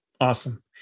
Awesome